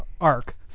arc